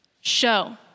show